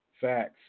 Facts